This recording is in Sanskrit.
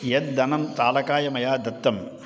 यद्धनं चालकाय मया दत्तम्